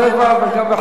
וגם ב-01:10.